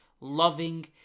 loving